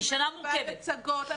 אנחנו בעד הצגות,